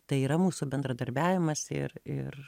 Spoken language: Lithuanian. tai yra mūsų bendradarbiavimas ir ir